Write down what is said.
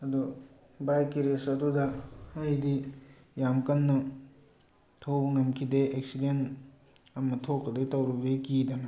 ꯑꯗꯨ ꯕꯥꯏꯛꯀꯤ ꯔꯦꯁ ꯑꯗꯨꯗ ꯑꯩꯗꯤ ꯌꯥꯝ ꯀꯟꯅ ꯊꯧꯕ ꯉꯝꯈꯤꯗꯦ ꯑꯦꯛꯁꯤꯗꯦꯟ ꯑꯃ ꯊꯣꯛꯀꯗꯩ ꯇꯧꯔꯨꯕꯗꯒꯤ ꯀꯤꯗꯅ